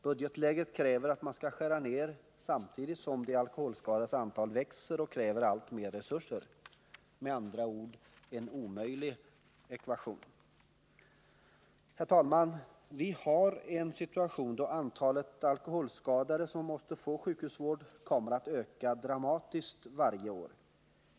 Budgetläget kräver att man skall skära ned, samtidigt som de alkoholskadades antal växer och kräver alltmer resurser. Det är med andra ord en omöjlig ekvation. Herr talman! Vi har en situation där antalet alkoholskadade som måste få sjukhusvård kommer att öka dramatiskt varje år.